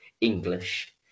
English